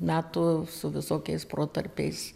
metų su visokiais protarpiais